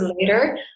later